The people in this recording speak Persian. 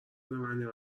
منه